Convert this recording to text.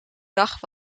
dag